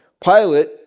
Pilate